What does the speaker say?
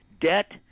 debt